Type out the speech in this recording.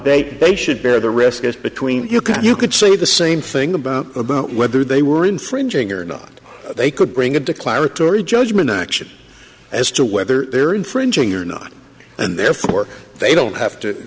they they should bear the risk as between you can you could say the same thing about whether they were infringing or not they could bring a declaratory judgment action as to whether there infringing or not and therefore they don't have to